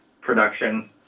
production